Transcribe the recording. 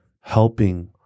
helping